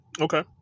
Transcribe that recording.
okay